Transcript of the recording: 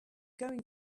going